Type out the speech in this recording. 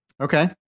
Okay